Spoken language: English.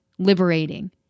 liberating